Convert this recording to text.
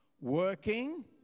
working